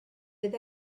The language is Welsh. bydd